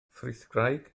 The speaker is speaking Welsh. frithgraig